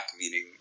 meaning